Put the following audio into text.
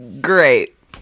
Great